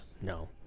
No